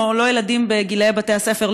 או שאין לו ילדים בגיל בית-ספר,